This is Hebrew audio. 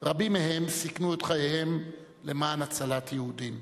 שרבים מהם סיכנו את חייהם למען הצלת יהודים.